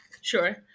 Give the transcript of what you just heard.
Sure